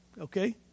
Okay